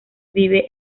vive